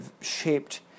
shaped